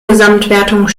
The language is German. gesamtwertung